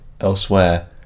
elsewhere